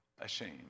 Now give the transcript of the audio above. ashamed